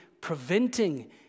preventing